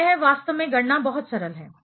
तो यह वास्तव में गणना बहुत सरल है